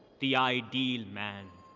the ideal man.